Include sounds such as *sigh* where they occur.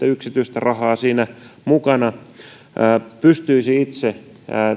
*unintelligible* yksityistä rahaa siinä mukana pystyisivät itse